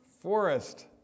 Forest